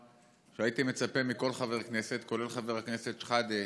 הייתי מצפה מכל חבר כנסת, כולל חבר הכנסת שחאדה,